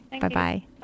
Bye-bye